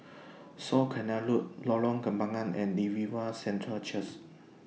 South Canal Road Lorong Kembangan and Revival Centre Church